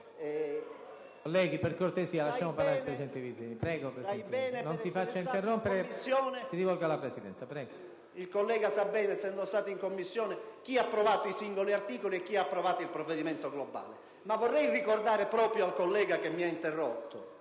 Il collega sa bene, essendo stato in Commissione, chi ha approvato i singoli articoli e chi ha approvato il provvedimento globale. Ma vorrei ricordare proprio al collega che mi ha interrotto